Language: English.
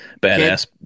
badass